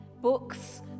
books